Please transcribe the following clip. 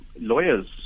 lawyers